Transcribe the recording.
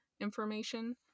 information